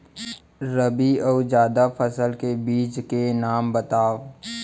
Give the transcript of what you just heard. रबि अऊ जादा फसल के बीज के नाम बताव?